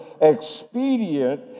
expedient